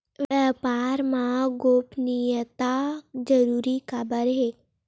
व्यापार मा गोपनीयता जरूरी काबर हे?